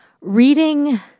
reading